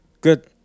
Good